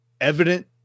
evident